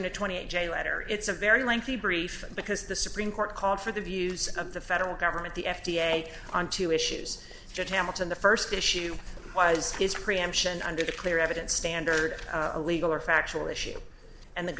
in a twenty eight j letter it's a very lengthy brief because the supreme court called for the views of the federal government the f d a on two issues just hamilton the first issue was his preemption under the clear evidence standard illegal or factual issue and the